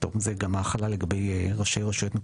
זה גם החלה לגבי ראשי רשויות,